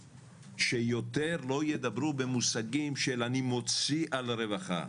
שיותר לא ידברו במושגים של "אני מוציא על הרווחה".